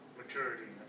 maturity